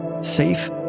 safe